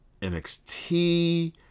NXT